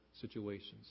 situations